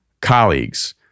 colleagues